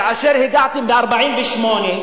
כאשר הגעתם ב-1948,